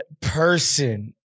person